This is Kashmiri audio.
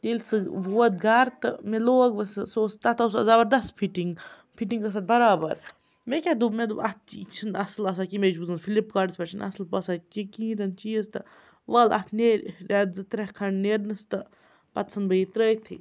ییٚلہِ سُہ ووت گَرٕ تہٕ مےٚ لوگ وۄنۍ سُہ سُہ اوس تَتھ اوس سۄ زَبَردَست فِٹِنٛگ فِٹِنٛگ ٲس تَتھ بَرابَر مےٚ کیٛاہ دوٚپ مےٚ دوٚپ اَتھ چھِ یہِ چھِنہٕ اَصٕل آسان کِہیٖنۍ مےٚ چھِ بوٗزمُت فِلِپکاٹَس پٮ۪ٹھ چھِنہٕ اَصٕل باسان کیٚنٛہہ کِہیٖنۍ تہِ نہٕ چیٖز تہٕ وَل اَتھ نیرِ رٮ۪تھ زٕ ترٛےٚ کھَنٛڈ نیرنَس تہٕ پَتہٕ ژھٕن بہٕ یہِ ترٛٲیتھٕے